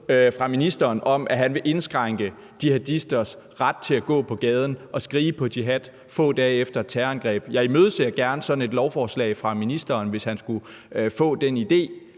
fra ministeren om, at han vil indskrænke jihadisters ret til at gå på gaden og skrige på jihad få dage efter et terrorangreb. Jeg imødeser gerne sådan et lovforslag fra ministeren, hvis han skulle få den idé,